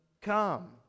come